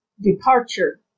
departure